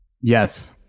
Yes